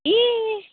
এই